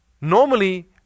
Normally